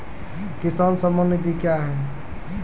किसान सम्मान निधि क्या हैं?